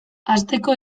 hasteko